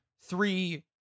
three